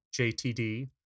JTD